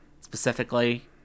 specifically